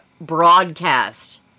broadcast